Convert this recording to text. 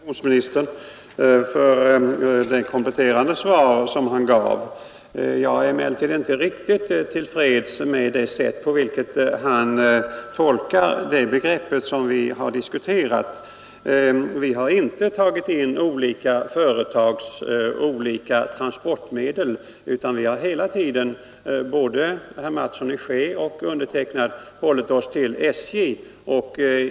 Herr talman! Jag ber att få tacka kommunikationsministern för det kompletterande svar som han gav. Jag är emellertid inte riktigt till freds med det sätt på vilket kommunikationsministern tolkar det begrepp som här diskuterats. Vi har inte tagit upp olika företags olika transportmedel, utan både herr Mattsson i Skee och jag har hela tiden hållit oss till SJ.